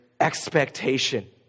expectation